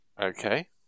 Okay